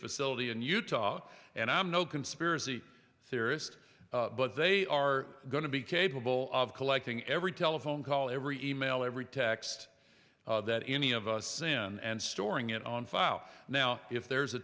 facility in utah and i'm no conspiracy theorist but they are going to be capable of collecting every telephone call every email every text that any of us in and storing it on file now if there's a